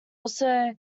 also